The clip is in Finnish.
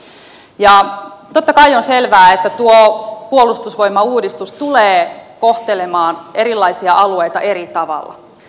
totta kai on selvää että tuo puolustusvoimauudistus tulee kohtelemaan erilaisia alueita eri tavalla